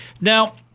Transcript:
now